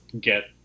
get